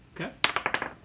Okay